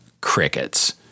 crickets